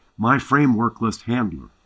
MyFrameworkListHandler